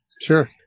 Sure